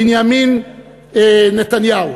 בנימין נתניהו,